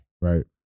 Right